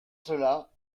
cela